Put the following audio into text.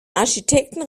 architekten